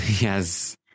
Yes